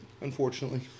Unfortunately